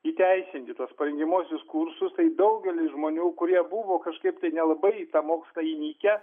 įteisinti tuos parengiamuosius kursus tai daugeliui žmonių kurie buvo kažkaip tai nelabai į tą mokslą įnikę